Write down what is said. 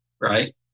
right